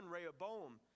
Rehoboam